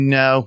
no